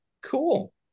Cool